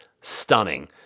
stunning